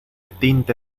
tinte